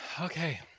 Okay